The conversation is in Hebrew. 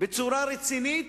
בצורה רצינית.